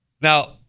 now